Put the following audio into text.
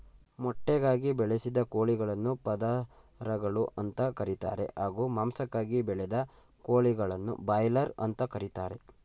ಮೊಟ್ಟೆಗಾಗಿ ಬೆಳೆಸಿದ ಕೋಳಿಗಳನ್ನು ಪದರಗಳು ಅಂತ ಕರೀತಾರೆ ಹಾಗೂ ಮಾಂಸಕ್ಕಾಗಿ ಬೆಳೆದ ಕೋಳಿಗಳನ್ನು ಬ್ರಾಯ್ಲರ್ ಅಂತ ಕರೀತಾರೆ